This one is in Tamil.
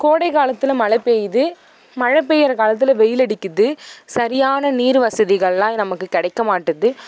கோடைகாலத்தில் மழை பெய்யுது மழை பெய்கிற காலத்தில் வெயில் அடிக்குது சரியான நீர் வசதிகள்லாம் நமக்குக் கிடைக்க மாட்டுது